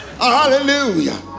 Hallelujah